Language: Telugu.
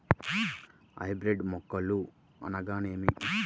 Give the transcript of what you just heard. హైబ్రిడ్ మొక్కలు అనగానేమి?